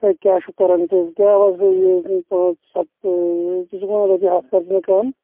ہے کیٛاہ چھُو کران ژٕ کیٛاہ اوس مےٚ لیٛوٗکھمُت پانٛژھ ستھ تےَ ژٕ چھُکھ مےٚ ونان اتھ کر ریٹ کم